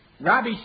Rabbi